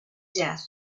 death